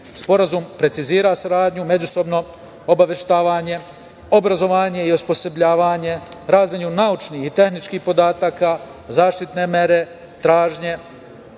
precizira saradnju međusobno obaveštavanje, obrazovanja i osposobljavanje, razmenu naučnih i tehničkih podataka, zaštitne mere, traženje